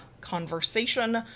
conversation